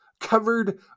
covered